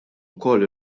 ukoll